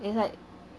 it's like